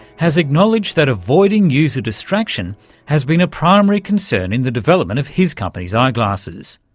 has acknowledged that avoiding user distraction has been a primary concern in the development of his company's eyeglasses.